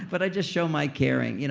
but i just show my caring. you know